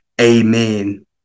Amen